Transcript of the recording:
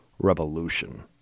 Revolution